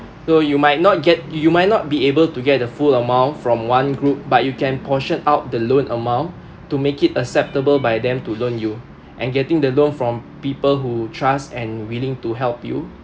though you might not get you might not be able to get the full amount from one group but you can portion out the loan amount to make it acceptable by them to loan you and getting the loan from people who trust and willing to help you